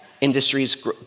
industries